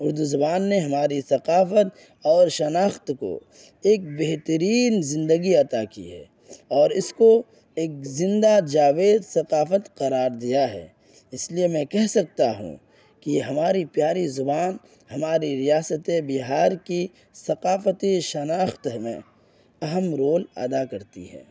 اردو زبان نے ہماری ثقافت اور شناخت کو ایک بہترین زندگی عطا کی ہے اور اس کو ایک زندہ جاوید ثقافت قرار دیا ہے اس لیے میں کہہ سکتا ہوں کہ یہ ہماری پیاری زبان ہماری ریاست بہار کی ثقافتی شناخت میں اہم رول ادا کرتی ہے